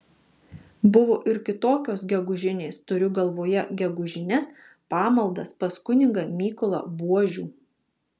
buvo ir kitokios gegužinės turiu galvoje gegužines pamaldas pas kunigą mykolą buožių